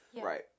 Right